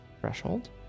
threshold